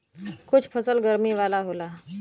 कुछ फसल गरमी वाला होला